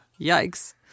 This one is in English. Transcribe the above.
Yikes